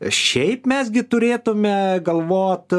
šiaip mes gi turėtume galvot